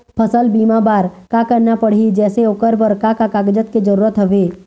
फसल बीमा बार का करना पड़ही जैसे ओकर बर का का कागजात के जरूरत हवे?